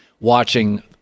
watching